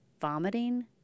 vomiting